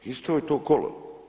Isto je to kolo.